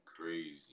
crazy